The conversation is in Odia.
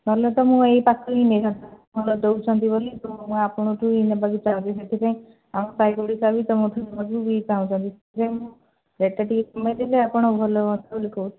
ନହେଲେ ତ ମୁଁ ଏଇ ପାଖରୁ ହିଁ ନେଇଥାନ୍ତି ଆପଣ ଭଲ ଦେଉଛନ୍ତି ବୋଲି ଆପଣଙ୍କଠୁ ହିଁ ନେବାକୁ ଚାହୁଁଛି ସେଥିପାଇଁ ଆମ ସାଇପଡ଼ିଶା ବି ତୁମଠୁ ନେବାକୁ ବି ଚାହୁଁଛନ୍ତି ସେଥିପାଇଁ ରେଟଟା ଟିକେ କମେଇଦେଲେ ଆପଣ ଭଲ ହୁଅନ୍ତା ବୋଲି କହୁଥିଲି